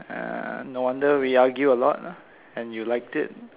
uh no wonder we argue a lot and you liked it